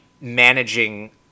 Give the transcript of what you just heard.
managing